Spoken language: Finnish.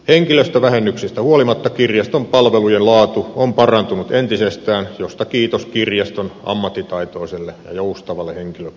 henkilöstövähennyksistä huolimatta kirjaston palvelujen laatu on parantunut entisestään mistä kiitos kirjaston ammattitaitoiselle ja joustavalle henkilökunnalle